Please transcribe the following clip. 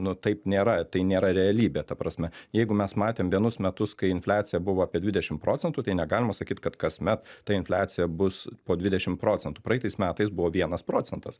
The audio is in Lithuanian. nu taip nėra tai nėra realybė ta prasme jeigu mes matėm vienus metus kai infliacija buvo apie dvidešimt procentų tai negalima sakyt kad kasmet ta infliacija bus po dvidešimt procentų praeitais metais buvo vienas procentas